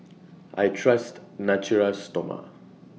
I Trust Natura Stoma